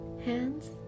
hands